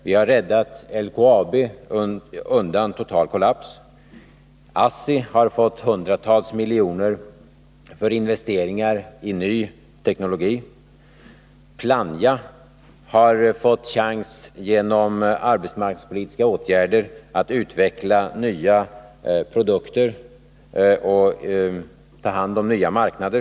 Vi har räddat LKAB undan total kollaps. ASSI har fått hundratals miljoner för investeringar i ny teknologi. Planja får genom arbetsmarknadspolitiska åtgärder chans att utveckla nya produkter och ta hand om nya marknader.